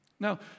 Now